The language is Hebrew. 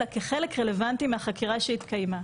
אלא כחלק רלבנטי מהחקירה שהתקיימה".